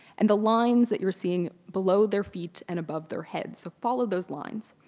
and the lines that you're seeing below their feet and above their heads. so follow those lines.